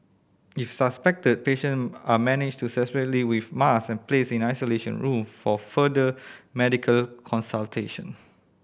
if suspected patient are managed to separately with mask and placed in isolation room for further medical consultation